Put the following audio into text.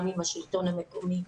גם עם השלטון המקומי,